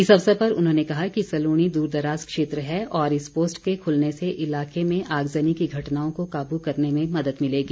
इस अवसर पर उन्होंने कहा कि सलूणी दूरदराज क्षेत्र है और इस पोस्ट के खुलने से इलाके में आगजनी की घटनाओं को काबू करने में मदद मिलेगी